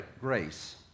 grace